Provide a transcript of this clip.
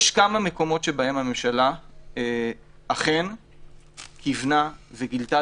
יש כמה מקומות בהם הממשלה אכן כיוונה וגילתה